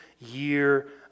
year